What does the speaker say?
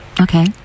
Okay